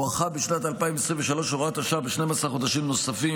הוארכה בשנת 2023 הוראת השעה ב-12 חודשים נוספים,